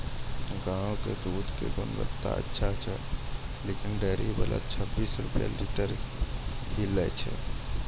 गांव के दूध के गुणवत्ता अच्छा छै लेकिन डेयरी वाला छब्बीस रुपिया लीटर ही लेय छै?